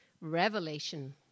revelation